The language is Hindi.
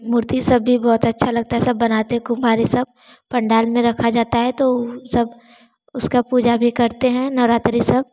मूर्ति सब भी बहुत अच्छा लगता है सब बनाते हैं कुम्हार यह सब पंडाल में रखा जाता है तो सब उसका पूजा भी करते हैं नवरात्रि सब